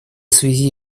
связи